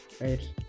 right